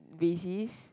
basis